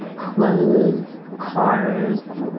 clothes, cars.